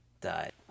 died